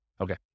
Okay